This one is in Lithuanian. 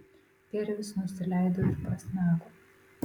kirvis nusileido ir prasmego